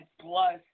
plus